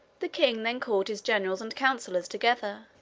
the king then called his generals and counselors together,